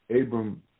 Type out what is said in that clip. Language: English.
Abram